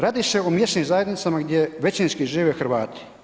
Radi se o mjesnim zajednicama gdje većinski žive Hrvati.